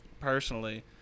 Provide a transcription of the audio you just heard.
personally